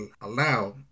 allow